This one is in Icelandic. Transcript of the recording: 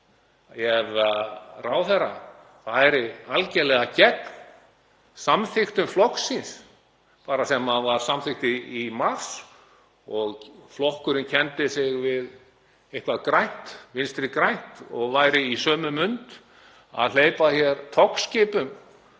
ef ráðherra færi algerlega gegn samþykktum flokks síns, bara því sem var samþykkt í mars og flokkurinn kenndi sig við eitthvað grænt, Vinstri grænt, og væri í sömu mund að hleypa hér togskipum